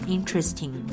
Interesting